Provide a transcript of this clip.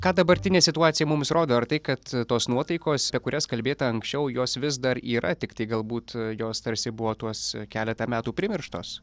ką dabartinė situacija mums rodo ar tai kad tos nuotaikos apie kurias kalbėta anksčiau jos vis dar yra tiktai galbūt jos tarsi buvo tuos keletą metų primirštos